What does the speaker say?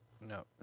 no